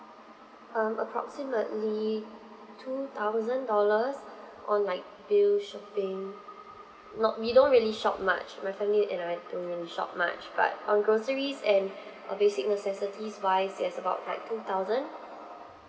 um approximately two thousand dollars on like bill shopping not we don't really shop much my family and I don't really shop much but on groceries and uh basic necessities wise that's about like two thousand